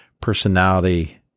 personality